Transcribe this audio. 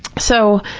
so,